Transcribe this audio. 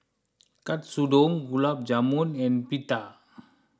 Katsudon Gulab Jamun and Pita